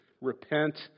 Repent